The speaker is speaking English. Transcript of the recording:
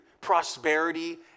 prosperity